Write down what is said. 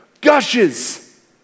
gushes